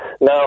Now